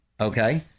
Okay